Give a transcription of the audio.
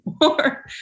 more